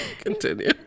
continue